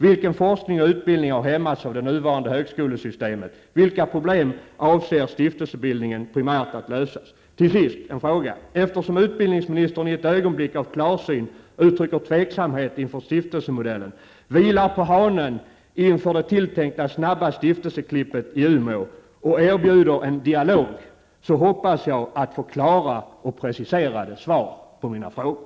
Vilken forskning och utbildning har hämmats av det nuvarande högskolesystemet? Vilka problem avser stiftelsebildningen primärt att lösa? Eftersom utbildningsministern i ett ögonblick av klarsyn uttrycker tveksamhet inför stiftelsemodellen, vill jag uppmana honom att vila på hanen inför det tilltänkta snabba stiftelseklippet i Umeå och att erbjuda de berörda en dialog. Jag hoppas att jag på så sätt skall kunna få klara och preciserade svar på mina frågor.